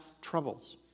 troubles